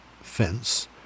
fence